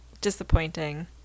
Disappointing